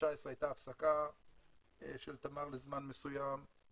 ב-2019 הייתה הפסקה של תמר לזמן מסוים,